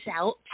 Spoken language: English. out